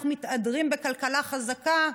אנחנו מתהדרים בכלכלה חזקה,